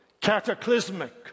cataclysmic